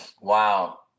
wow